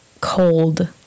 cold